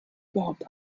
überhaupt